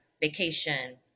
vacation